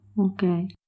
Okay